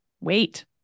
wait